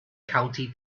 county